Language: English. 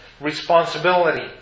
responsibility